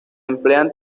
emplean